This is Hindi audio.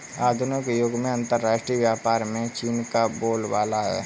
आधुनिक युग में अंतरराष्ट्रीय व्यापार में चीन का बोलबाला है